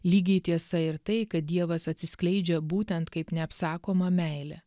lygiai tiesa ir tai kad dievas atsiskleidžia būtent kaip neapsakoma meilė